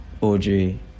Audrey